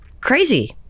crazy